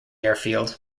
airfield